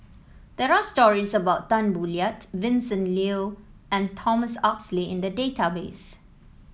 there are stories about Tan Boo Liat Vincent Leow and Thomas Oxley in the database